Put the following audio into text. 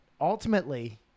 ultimately